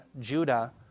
Judah